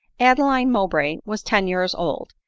adeline mow bray was ten years old,